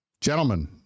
gentlemen